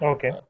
Okay